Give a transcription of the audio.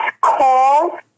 call